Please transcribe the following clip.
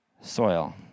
soil